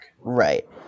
Right